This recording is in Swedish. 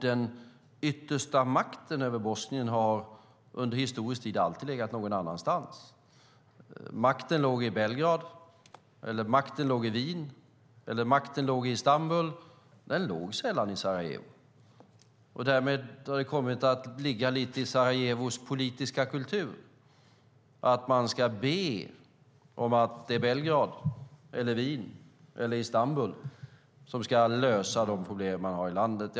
Den yttersta makten över Bosnien har under historisk tid alltid legat någon annanstans. Makten låg i Belgrad, Wien eller Istanbul, men den låg sällan i Sarajevo. Därmed har det kommit att ligga lite i Sarajevos politiska kultur att man ska be Belgrad, Wien eller Istanbul att lösa de problem man har i landet.